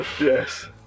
Yes